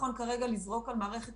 לתרגם אותה